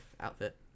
outfit